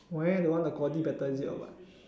why that one the quality better is it or what